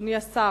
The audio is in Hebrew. אדוני השר,